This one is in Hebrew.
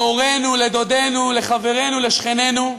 להורינו, לדודינו, לחברינו, לשכנינו,